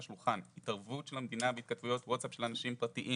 השולחן התערבות של המדינה בהתכתבויות של אנשים פרטיים.